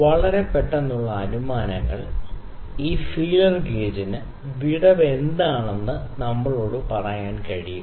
വളരെ പെട്ടെന്നുള്ള അനുമാനങ്ങൾ ഈ ഫീലർ ഗേജിന് വിടവ് എന്താണെന്ന് നമ്മളോട് പറയാൻ കഴിയും